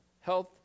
health